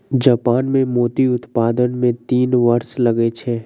Japan मे मोती उत्पादन मे तीन वर्ष लगै छै